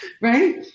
right